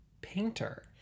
painter